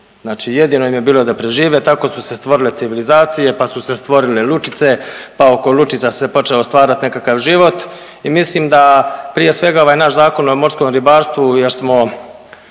Znači jedino im je bilo da prežive, tako su se stvorile civilizacije, pa su se stvorile lučice, pa oko lučica se počeo stvarati nekakav život i mislim da prije svega ovaj naš zakon o morskom ribarstvu jer smo